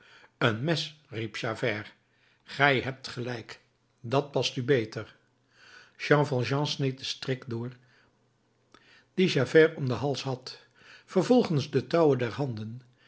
een mes riep javert gij hebt gelijk dat past u beter jean valjean sneed den strik door dien javert om den hals had vervolgens de touwen der handen